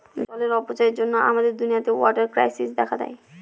জলের অপচয়ের জন্য আমাদের দুনিয়াতে ওয়াটার ক্রাইসিস দেখা দেয়